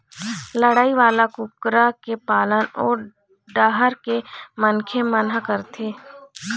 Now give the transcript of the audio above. लड़ई वाला कुकरा के पालन ओ डाहर के मनखे मन ह करथे